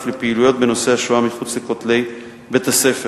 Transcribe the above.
לפעילויות בנושא השואה מחוץ לכותלי בית-הספר,